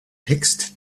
text